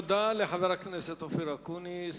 תודה לחבר הכנסת אופיר אקוניס.